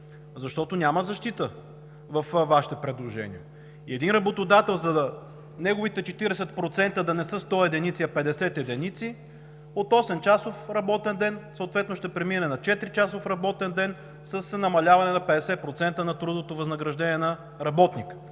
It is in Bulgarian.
защото няма защита във Вашите предложения. Един работодател – неговите 40% да не са 100 единици, а 50 единици, от 8-часов работен ден съответно ще премине на 4-часов с намаляване на 50% на трудовото възнаграждение на работника.